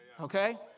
Okay